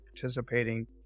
participating